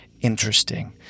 interesting